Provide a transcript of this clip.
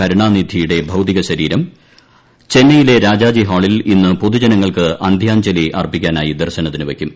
കരുണാനിധിയുടെ ഭൌതികശരീരം ചെന്നൈയിലെ രാജാജി ഹാളിൽ ഇന്ന് പൊതുജനങ്ങൾക്ക് അന്ത്യാഞ്ജലി അർപ്പിക്കാനായി ദർശനത്തിന് വയ്ക്കും